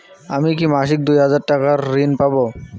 আমি কি মাসিক দুই হাজার টাকার ঋণ পাব?